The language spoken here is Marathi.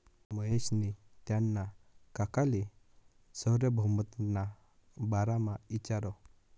महेशनी त्याना काकाले सार्वभौमत्वना बारामा इचारं